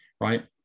right